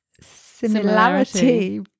Similarity